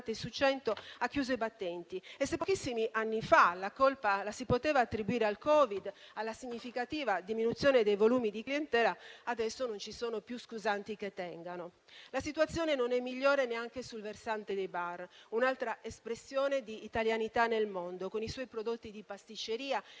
su 100 ha chiuso i battenti. E, se pochissimi anni fa la colpa la si poteva attribuire al Covid, alla significativa diminuzione dei volumi di clientela, adesso non ci sono più scusanti che tengano. La situazione non è migliore neanche sul versante dei bar, un'altra espressione di italianità nel mondo, con i suoi prodotti di pasticceria e